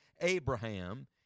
Abraham